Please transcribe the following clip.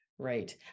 Right